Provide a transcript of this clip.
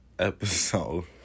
Episode